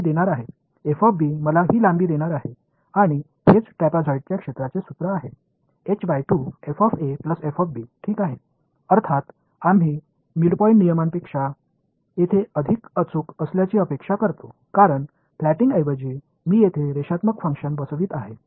இந்த நீளத்தை எனக்குக் கொடுக்கப் போவதை நீங்கள் காணலாம் இந்த நீளத்தை எனக்குக் கொடுக்கப் போகிறது இந்த ஒரு ட்ரெப்சாய்டு பரப்பிற்கான சூத்திரம்வெளிப்படையாக இது மிட் பாயிண்ட் விதியை விட மிகவும் துல்லியமாக இருக்கும் என்று நாங்கள் எதிர்பார்க்கிறோம் ஏனென்றால் ஒரு தட்டையானதுக்கு பதிலாக நான் இங்கே ஒரு லீனியர்ஃபங்ஷனை பொருத்துகிறேன்